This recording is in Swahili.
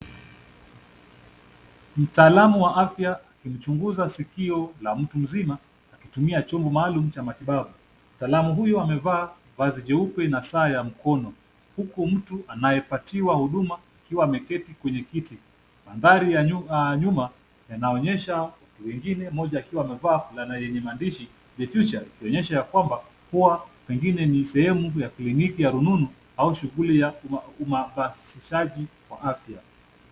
Mtaalamu wa afya anachunguza sikio la mtu mzima akitumia chombo maalum cha matibabu. Mtaalamu huyu amevaa vazi jeupe na saa la mkono, huku mtu anayepewa huduma ameketi. Mandhari ya myuma yanaonyesha watu wengine huku wakiwa wamevaa fulana yenye maandishi the future yakionyesha ya kuwa pengine ni sehemu ya kliniki ya rununu au uhamasishaji wa afya.